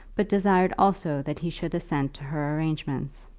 but desired also that he should assent to her arrangements.